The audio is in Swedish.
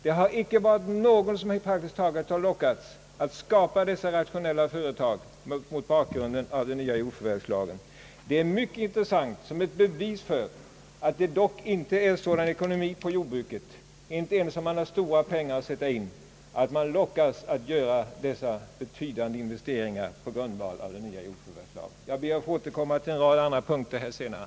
Det är praktiskt taget ingen, som har lockats att på grundval av den nya jordförvärvslagen skapa sådana rationella företag, som avsågs med lagen vad avser möjlighet till integrerad råvaruproduktion. Det är mycket intressant som ett bevis för att jordbruket inte är så lönsamt, inte ens om man har stora pengar att sätta in i det, att man lockas att göra betydande investeringar i det. Jag ber att få återkomma till en rad andra punkter senare.